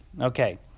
Okay